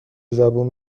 زبون